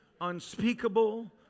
unspeakable